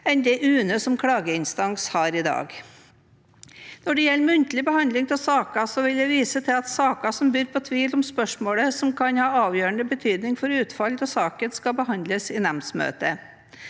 enn det UNE som klageinstans har i dag. Når det gjelder muntlig behandling av saker, vil jeg vise til at saker som byr på tvil om spørsmål som kan ha avgjørende betydning for utfallet av saken, skal behandles i nemndmøte.